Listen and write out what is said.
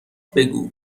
بگو